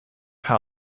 how